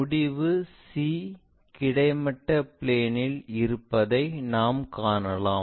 முடிவு C கிடைமட்ட plane இல் இருப்பதை நாம் காணலாம்